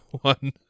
one